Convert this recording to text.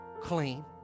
clean